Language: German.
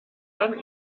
dann